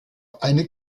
eine